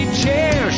chair